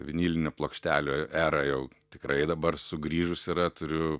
vinilinių plokštelių era jau tikrai dabar sugrįžus yra turiu